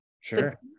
sure